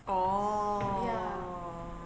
oh